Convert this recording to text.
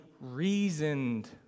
reasoned